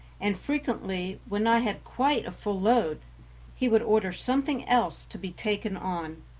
and frequently when i had quite a full load he would order something else to be taken on.